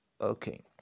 Okay